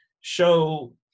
show